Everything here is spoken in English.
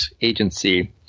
agency